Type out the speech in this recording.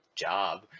job